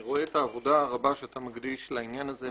אני רואה את העבודה הרבה שאתה מקדיש לעניין הזה,